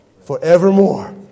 Forevermore